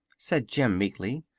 said jim, meekly.